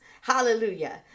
Hallelujah